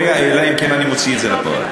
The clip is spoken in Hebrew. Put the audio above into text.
אלא אם כן אני מוציא את זה לפועל.